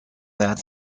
that